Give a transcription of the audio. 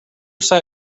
sat